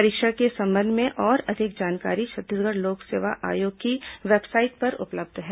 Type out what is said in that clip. परीक्षा के संबंध में और अधिक जानकारी छत्तीसगढ़ लोक सेवा आयोग की वेबसाइट पर उपलब्ध है